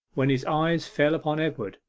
when his eyes fell upon edward.